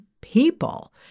people